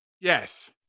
Yes